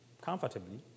comfortably